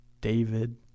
David